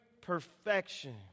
perfection